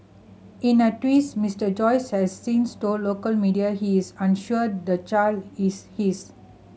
in a twist Mister Joyce has since told local media he is unsure the child is his